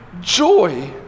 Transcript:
joy